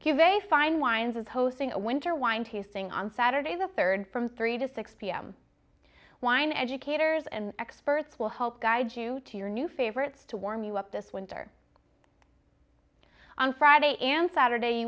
a fine wines is hosting a winter wine tasting on saturday the third from three to six pm wine educators and experts will help guide you to your new favorites to warm you up this winter on friday and saturday you